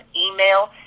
email